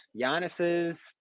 Giannis's